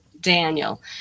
daniel